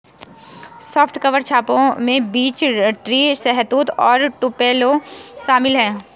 soft cover छापों में beech tree, शहतूत और टुपेलो शामिल है